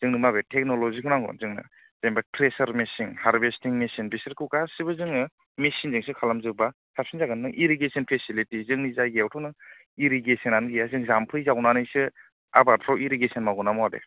जोंनो माबे टेक्नलजिखौ नांगौ जोंनो जेन'बा ट्रेसार मेसिन हार्भेस्टिं मेसिन बिसोरखौ गासिबो जोङो मेसिनजोंसो खालामजोब्बा साबसिन जागोन नों इरिगेशोन फेसिलिटि जायगायावथ' नों इरिगेशोननानै गैया जों जामफै जावनानैसो आबादफोराव इरिगेशोन मावो ना मावा दे